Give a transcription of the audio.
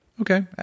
Okay